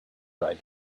ride